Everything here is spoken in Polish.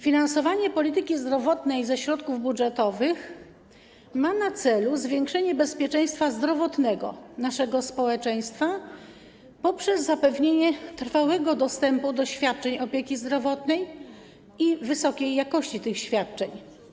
Finansowanie polityki zdrowotnej ze środków budżetowych ma na celu zwiększenie bezpieczeństwa zdrowotnego naszego społeczeństwa poprzez zapewnienie trwałego dostępu do świadczeń opieki zdrowotnej i wysokiej jakości tych świadczeń.